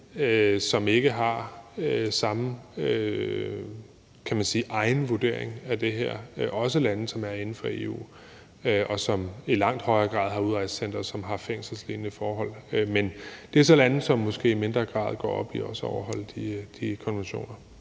samme, kan man sige, egen vurdering af det her, og også lande, som er inden for EU, og som i langt højere grad har udrejsecentre, som har fængselslignende forhold. Men det er så lande, som måske i mindre grad går op i også at overholde de konventioner.